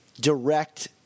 direct